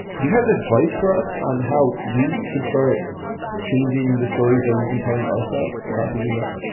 do you have advice for us on how we can start changing the stories that we've been telling ourselves about who we are?